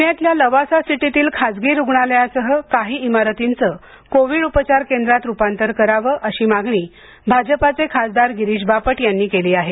पुण्यातल्या लवासा सिटीतील खासगी रुग्णालयासह काही इमारतींचं कोविड उपचार केंद्रात रुपांतर करावं अशी मागणी भाजपाचे खासदार गिरीश बापट यांनी केली आहे